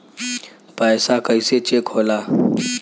पैसा कइसे चेक होला?